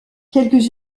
quelques